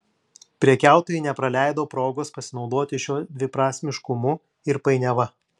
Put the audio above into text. prekiautojai nepraleido progos pasinaudoti šiuo dviprasmiškumu ir painiava